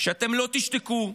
שאתם לא תשתקו.